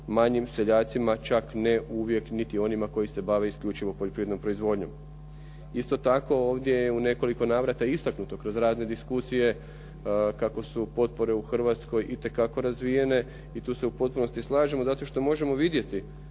manjim seljacima čak ne uvijek koji se bave isključivo poljoprivrednom proizvodnjom. Isto tako ovdje je u nekoliko navrata istaknuto kroz radne diskusije kako su potpore u Hrvatskoj itekako razvijene i tu se u potpunosti slažemo, zato što možemo vidjeti